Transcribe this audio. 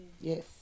Yes